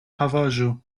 havaĵo